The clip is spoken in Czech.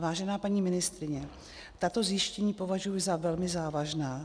Vážená paní ministryně, tato zjištění považuji za velmi závažná.